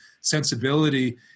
sensibility